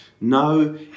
No